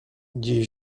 dit